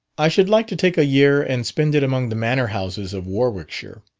i should like to take a year and spend it among the manor-houses of warwickshire.